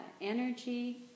energy